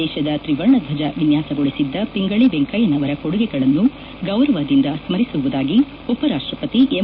ದೇಶದ ತ್ರಿವರ್ಣಧ್ವಜ ವಿನ್ಯಾಸಗೊಳಿಸಿದ್ದ ಪಿಂಗಳಿ ವೆಂಕಯ್ಯುನವರ ಕೊಡುಗೆಗಳನ್ನು ಗೌರವದಿಂದ ಸ್ಮರಿಸುವುದಾಗಿ ಉಪರಾಷ್ಟಪತಿ ಎಂ